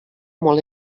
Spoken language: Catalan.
molt